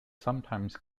sometimes